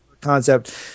concept